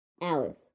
Alice